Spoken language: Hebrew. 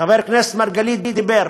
חבר הכנסת מרגלית דיבר,